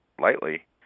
lightly